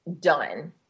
done